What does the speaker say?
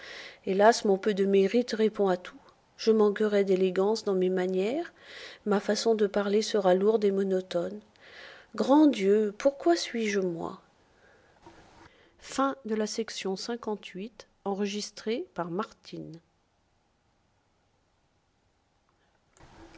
hélas mon peu de mérite répond à tout je manquerai d'élégance dans mes manières ma façon de parler sera lourde et monotone grand dieu pourquoi suis-je moi